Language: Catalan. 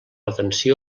atenció